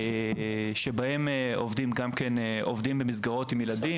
שבהם עובדים גם כן עובדים במסגרות עם ילדים,